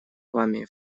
вами